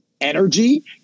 energy